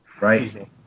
right